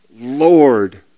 Lord